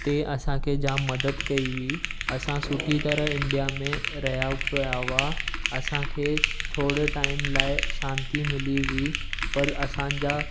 तें असांखे जाम मदद कई हुई असां सुठी तरह इंडिया में रहिया पया हुआ असांखे थोरे टाइम लाइ शांती मिली हुईं पर असांजा